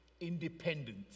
independence